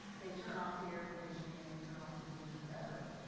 they turn off the air conditioning, and they turn off the heat whatever,